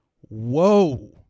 Whoa